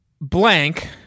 Blank